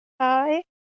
Hi